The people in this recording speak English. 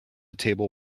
table